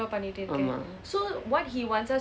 ஆமாம்:aamaam